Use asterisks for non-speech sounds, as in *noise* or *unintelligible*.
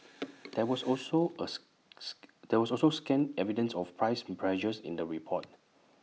there was also us *unintelligible* there was also scant evidence of price pressures in the report